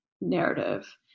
narrative